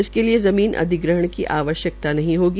इसके लिये ज़मीन अधिग्रहण की आवश्यकता नहीं होगी